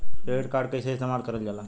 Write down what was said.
Credit card कईसे इस्तेमाल करल जाला?